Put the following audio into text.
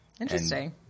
Interesting